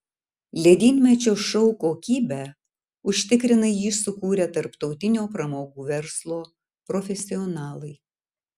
ledynmečio šou kokybę užtikrina jį sukūrę tarptautinio pramogų verslo profesionalai